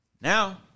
Now